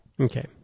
okay